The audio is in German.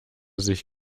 sich